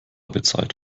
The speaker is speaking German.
bezahlt